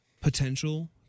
potential